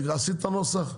עשית את הנוסח?